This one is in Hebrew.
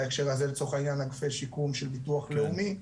בהקשר הזה לצורך העניין אגפי שיקום של ביטוח לאומי,